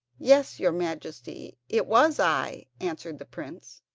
yes, your majesty, it was i answered the prince.